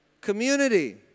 Community